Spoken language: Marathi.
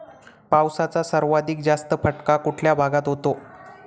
पावसाचा सर्वाधिक जास्त फटका कुठल्या भागात होतो?